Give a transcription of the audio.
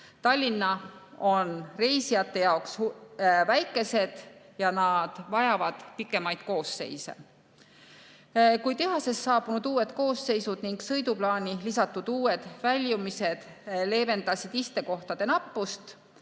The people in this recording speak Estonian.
Tallinna on reisijate jaoks väikesed. Vaja on pikemaid koosseise. Tehasest saabunud uued vagunid ning sõiduplaani lisatud uued väljumisajad leevendasid istekohtade nappust,